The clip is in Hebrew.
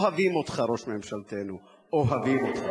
אוהבים אותך,